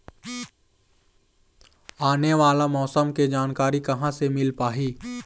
आने वाला मौसम के जानकारी कहां से मिल पाही?